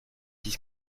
six